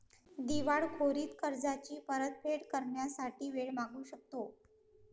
दिवाळखोरीत कर्जाची परतफेड करण्यासाठी वेळ मागू शकतो